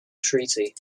treaty